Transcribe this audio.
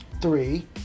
Three